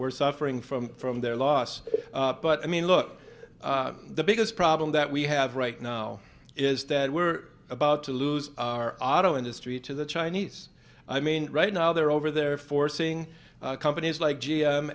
we're suffering from from their loss but i mean look the biggest problem that we have right now is that we're about to lose our auto industry to the chinese i mean right now they're over there forcing companies like g